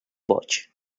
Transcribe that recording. boig